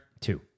Two